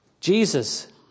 Jesus